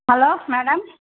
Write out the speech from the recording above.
hello madam